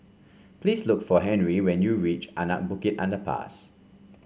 please look for Henri when you reach Anak Bukit Underpass